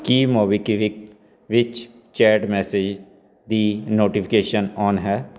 ਕੀ MobiKwik ਵਿੱਚ chat messages ਦੀ notification on ਹੈ